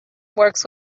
works